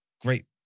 Great